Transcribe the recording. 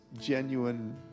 genuine